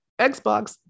Xbox